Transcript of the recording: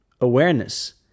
awareness